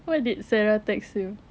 what did sarah text you